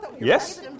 Yes